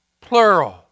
plural